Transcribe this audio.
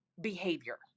behavior